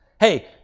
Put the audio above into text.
Hey